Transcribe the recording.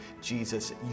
Jesus